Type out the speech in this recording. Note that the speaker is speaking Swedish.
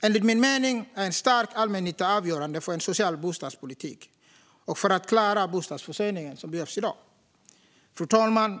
Enligt min mening är en stark allmännytta avgörande för en social bostadspolitik och för att klara den bostadsförsörjning som behövs i dag. Fru talman!